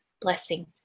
blessing